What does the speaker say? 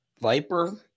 Viper